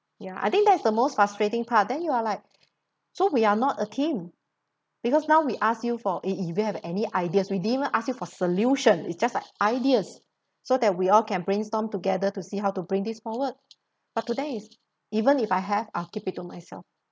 ya I think that's the most frustrating part then you are like so we are not a team because now we ask you for it if you have any ideas we didn't even ask you for solution is just like ideas so that we all can brainstorm together to see how to bring this more work but today is even if I have I'll keep it to myself